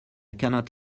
cannot